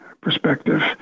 perspective